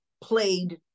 played